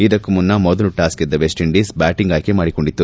ಇದಕ್ಕೂ ಮುನ್ನ ಮೊದಲು ಟಾಸ್ ಗೆದ್ದ ವೆಸ್ಟ್ ಇಂಡೀಸ್ ಬ್ಯಾಟಂಗ್ ಆಯ್ಲಿ ಮಾಡಿಕೊಂಡಿತ್ತು